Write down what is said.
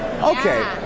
Okay